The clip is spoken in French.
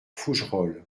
fougerolles